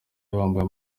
bambaye